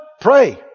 Pray